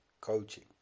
coaching